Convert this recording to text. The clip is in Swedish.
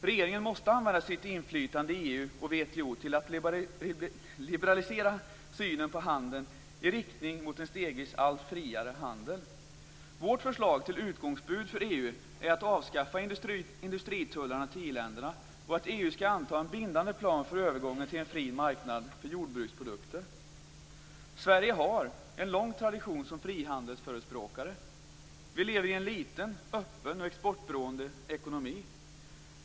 Regeringen måste använda sitt inflytande i EU och WTO till att liberalisera synen på handeln i riktning mot en stegvis allt friare handel. Vårt förslag till utgångsbud för EU är att avskaffa industritullarna till i-länderna och att EU skall anta en bindande plan för övergång till en fri marknad för jordbruksprodukter. Sverige har en lång tradition som frihandelsförespråkare. Vi lever i en liten, öppen och exportberoende ekonomi.